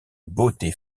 beauté